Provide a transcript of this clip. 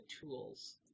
tools